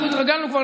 אנחנו התרגלנו כבר,